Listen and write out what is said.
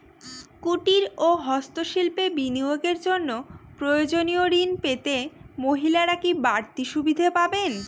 কুটীর ও হস্ত শিল্পে বিনিয়োগের জন্য প্রয়োজনীয় ঋণ পেতে মহিলারা কি বাড়তি সুবিধে পাবেন?